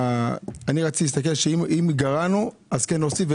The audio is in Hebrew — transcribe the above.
רציתי להסתכל שאם גרענו, אז כן להוסיף.